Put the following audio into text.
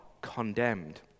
condemned